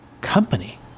company